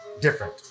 different